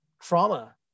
trauma